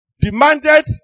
demanded